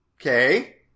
Okay